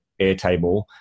Airtable